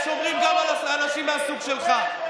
הם שומרים גם על אנשים מהסוג שלך.